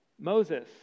Moses